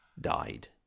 died